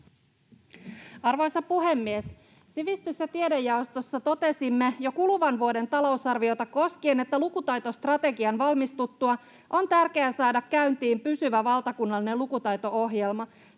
Arvoisa puhemies! Sivistys- ja tiedejaostossa totesimme jo kuluvan vuoden talousarviota koskien, että lukutaitostrategian valmistuttua on tärkeää saada käyntiin pysyvä valtakunnallinen lukutaito-ohjelma.